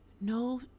no